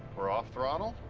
we're off throttle,